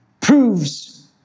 proves